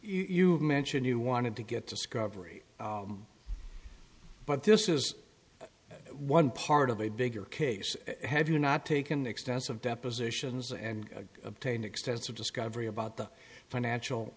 you mentioned you wanted to get discovery but this is one part of a bigger case have you not taken extensive depositions and obtained extensive discovery about the financial